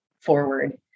forward